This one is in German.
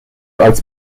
als